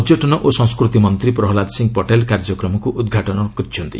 ପର୍ଯ୍ୟଟନ ଓ ସଂସ୍କୃତି ମନ୍ତ୍ରୀ ପ୍ରହ୍ଲାଦ ସିଂ ପଟେଲ୍ କାର୍ଯ୍ୟକ୍ରମକୁ ଉଦ୍ଘାଟନ କରିଛନ୍ତି